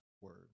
word